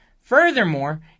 Furthermore